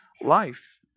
life